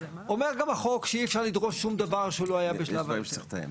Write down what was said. אומר גם החוק שאי אפשר לדרוש שום דבר שהוא לא היה בשלב ההיתר.